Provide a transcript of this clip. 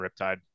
Riptide